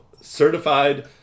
certified